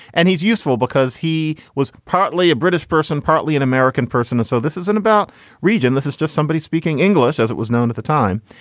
and he's useful because he was partly a british person, partly an american person. so this isn't about region. this is just somebody speaking english, as it was known at the time.